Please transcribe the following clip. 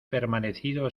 permanecido